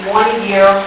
one-year